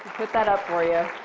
put that up for you.